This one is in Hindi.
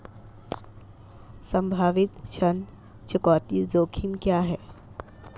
संभावित ऋण चुकौती जोखिम क्या हैं?